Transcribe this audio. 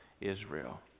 Israel